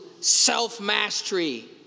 self-mastery